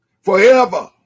Forever